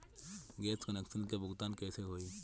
Gas connection के भुगतान कैसे होइ?